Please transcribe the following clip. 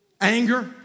Anger